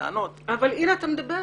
הנה, אתה מדבר.